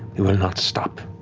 we will not stop